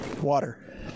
Water